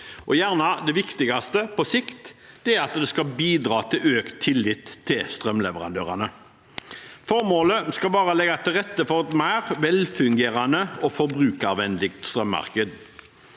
det viktigste – på sikt: Det skal bidra til økt tillit til strømleverandørene. Formålet med endringene er å legge til rette for et mer velfungerende og forbrukervennlig strømmarked.